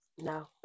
No